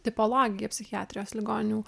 tipologija psichiatrijos ligoninių